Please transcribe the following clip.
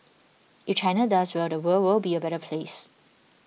if China does well the world will be a better place